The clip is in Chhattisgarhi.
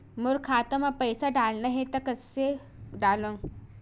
मोर खाता म पईसा डालना हे त कइसे डालव?